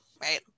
right